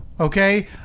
okay